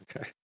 Okay